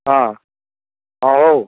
ହଁ ହଁ ହଉ